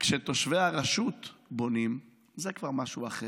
כשתושבי הרשות בונים זה כבר משהו אחר.